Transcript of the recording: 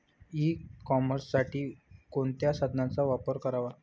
E कॉमर्ससाठी कोणत्या साधनांचा वापर करावा?